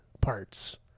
parts